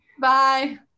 Bye